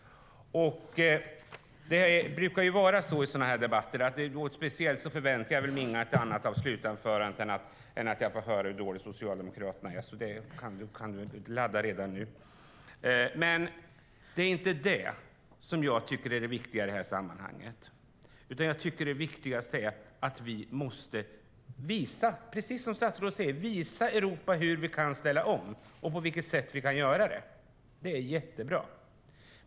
Jag förväntar mig inget annat av slutanförandet än att få höra hur dåliga Socialdemokraterna är. Det brukar vara så i sådana här debatter. Statsrådet kan ladda redan nu! Men det är inte det som jag tycker är det viktiga i detta sammanhang. Det viktigaste är att vi, precis som statsrådet säger, måste visa Europa på vilket sätt vi kan ställa om. Det är jättebra.